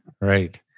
right